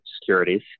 securities